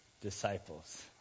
disciples